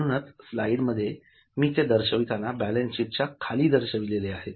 म्हणूनच स्लाइडमध्ये मी ते दर्शविताना बॅलन्सशीट च्या खाली दर्शविले आहेत